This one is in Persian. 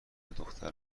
دختر